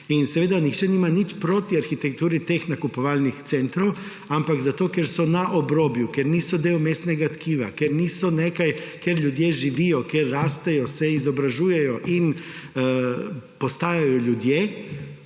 Seveda, nihče nima nič proti arhitekturi teh nakupovalnih centrov, ampak zato, ker so na obrobju, ker niso del mestnega tkiva, ker niso nekje, kjer ljudje živijo, kjer rastejo, se izobražujejo in od